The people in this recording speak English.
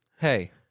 Hey